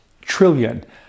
Trillion